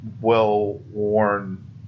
well-worn